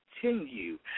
continue